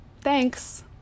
thanks